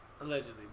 Allegedly